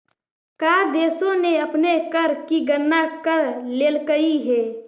का देशों ने अपने कर की गणना कर लेलकइ हे